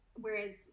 Whereas